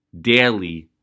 daily